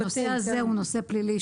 הנושא הזה הוא נושא פלילי.